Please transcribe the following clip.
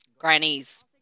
Grannies